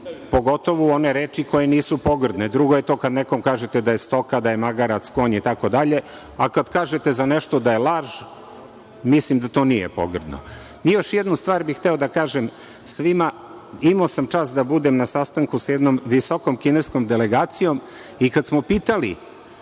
pogotovo one reči koje nisu pogrdne, drugo je to kada nekome kažete da je stoka, magarac, konj itd, a kada kažete za nešto da je „larž“, mislim da to nije pogrdno. Još jednu stvar bih hteo da kažem svima, imao sam čast da budem na sastanku sa jednom visokom kineskom delegacijom i kada smo pitali